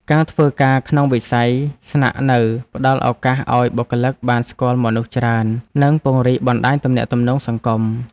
ការធ្វើការក្នុងវិស័យស្នាក់នៅផ្តល់ឱកាសឱ្យបុគ្គលិកបានស្គាល់មនុស្សច្រើន និងពង្រីកបណ្តាញទំនាក់ទំនងសង្គម។